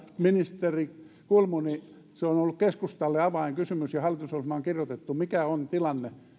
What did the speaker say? ministeri kulmuni se on on ollut keskustalle avainkysymys ja hallitusohjelmaan kirjoitettu mikä on tilanne